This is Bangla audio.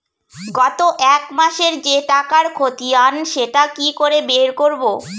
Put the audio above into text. গত এক মাসের যে টাকার খতিয়ান সেটা কি করে বের করব?